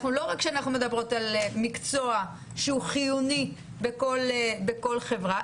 לא רק שאנחנו מדברות על מקצוע שהוא חיוני בכל חברה,